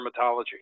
dermatology